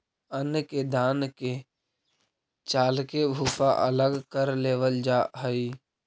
अन्न के दान के चालके भूसा अलग कर लेवल जा हइ